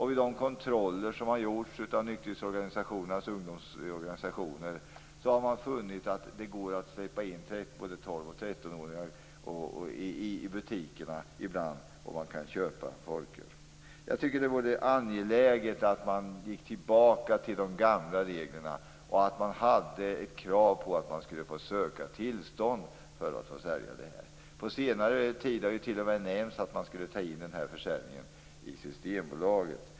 Vid de kontroller som har gjorts av nykterhetsorganisationernas ungdomsorganisationer har man funnit att det ibland går att släppa in både Jag tycker att det vore angeläget att gå tillbaka till de gamla reglerna och ställa krav på att man skulle söka tillstånd för att få sälja folköl. På senare tid har det t.o.m. nämnts att man skulle ta in den här försäljningen i Systembolaget.